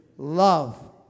Love